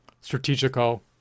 strategical